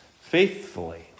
faithfully